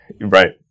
Right